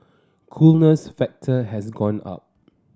coolness factor has gone up